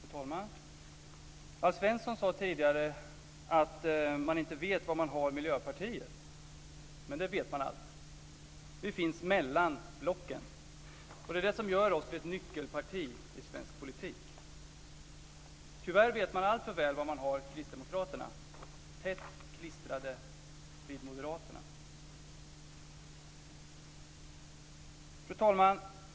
Fru talman! Alf Svensson sade tidigare att man inte vet var man har Miljöpartiet, men det vet man allt. Det finns mellan blocken, och det är det som gör oss till ett nyckelparti i svensk politik. Tyvärr vet man alltför väl var man har kristdemokraterna: tätt klistrade till moderaterna. Fru talman!